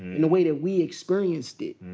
in the way that we experienced it.